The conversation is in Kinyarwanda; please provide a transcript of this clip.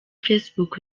facebook